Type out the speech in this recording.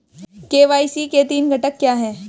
KYC के तीन घटक क्या हैं?